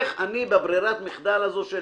איך אני בברירת המחדל הזו של